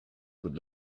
would